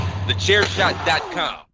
thechairshot.com